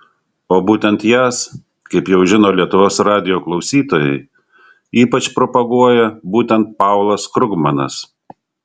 o būtent jas kaip jau žino lietuvos radijo klausytojai ypač propaguoja būtent paulas krugmanas